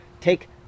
Take